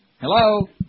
Hello